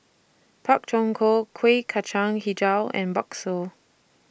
Pak Thong Ko Kueh Kacang Hijau and Bakso